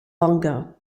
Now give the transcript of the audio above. bongo